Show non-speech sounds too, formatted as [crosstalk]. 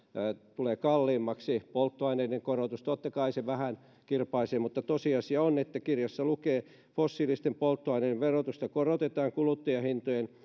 tulee kalliimmaksi polttoaineiden korotus totta kai se vähän kirpaisee mutta tosiasia on että kirjassa lukee fossiilisten polttoaineiden verotusta korotetaan kuluttajahintojen [unintelligible]